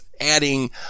adding